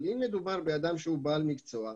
אבל אם מדובר באדם שהוא בעל מקצוע,